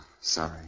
Sorry